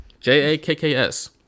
J-A-K-K-S